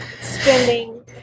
spending